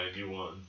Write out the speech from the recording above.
91